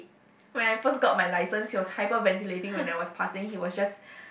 when I first got my license he was hyperventilating when I was passing he was just